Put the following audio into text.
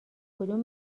کدوم